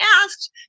asked